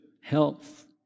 health